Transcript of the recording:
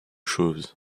chose